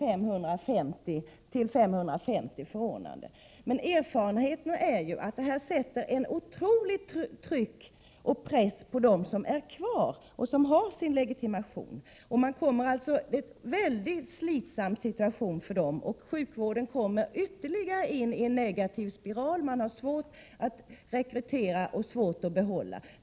De använde denna möjlighet vid ca 550 tillfällen. Erfarenheterna visar emellertid att detta med dispenstjänstgörande personal är pressande och utsätter den personal med legitimation som är kvar under sommaren för ett otroligt tryck. Det uppstår en mycket slitsam situation för den ordinarie personalen. Sjukvården hamnar därigenom ytterligare längre in i en negativ spiral. Man har svårt att rekrytera och behålla personal.